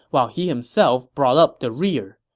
while he himself brought up the rear.